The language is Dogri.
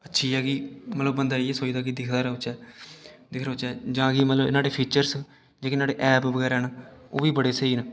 अच्छी ऐ कि मतलब बन्दा इयै सोचदा कि दिखदा रोह्चै दिखदा रोह्चै जां कि मतलब न्हाड़े फीचर्स न जेह्के न्हाड़े ऐप बगैरा न ओह् बी बड़े स्हेई न